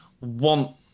want